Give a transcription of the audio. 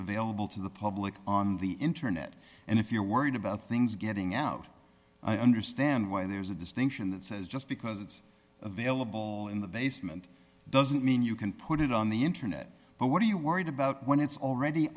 available to the public on the internet and if you're worried about things getting out i understand why there's a distinction that says just because it's available in the basement doesn't mean you can put it on the internet but what are you worried about when it's already